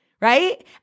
right